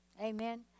Amen